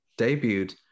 debuted